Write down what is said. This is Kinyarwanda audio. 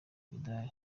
imidari